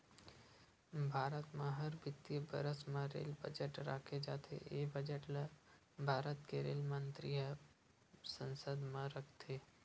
भारत म हर बित्तीय बरस म रेल बजट राखे जाथे ए बजट ल भारत के रेल मंतरी ह संसद म रखथे